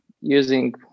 using